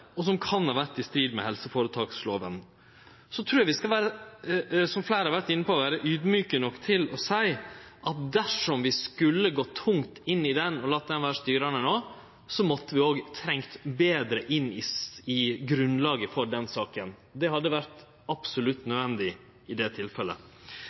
og som kan ha vore i strid med helseføretakslova. Så trur eg vi skal vere – som fleire har vore inne på – audmjuke nok til å seie at dersom vi skulle gått tungt inn i henne og late henne vere styrande, måtte vi òg ha trengt betre inn i grunnlaget for den saka. Det hadde vore absolutt